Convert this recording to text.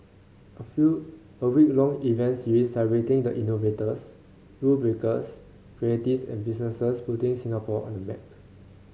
a few a week long event series celebrating the innovators rule breakers creatives and businesses putting Singapore on the map